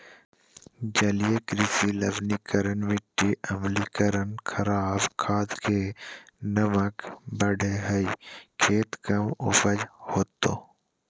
जलीय कृषि लवणीकरण मिटी अम्लीकरण खराब खाद से नमक बढ़े हइ खेत कम उपज होतो